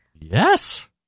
Yes